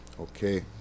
okay